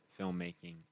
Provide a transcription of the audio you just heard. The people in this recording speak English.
filmmaking